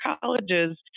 colleges